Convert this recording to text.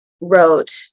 wrote